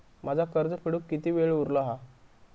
माझा कर्ज फेडुक किती वेळ उरलो हा?